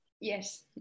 Yes